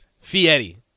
Fieri